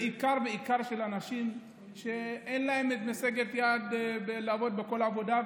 בעיקר בעיקר של אנשים שידם אינה משגת לעבוד בכל עבודה,